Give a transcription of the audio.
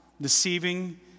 deceiving